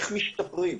איך משתפרים.